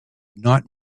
not